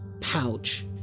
pouch